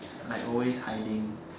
like always hiding